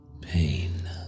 Pain